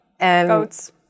Goats